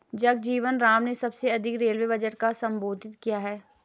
जगजीवन राम ने सबसे अधिक रेलवे बजट को संबोधित किया है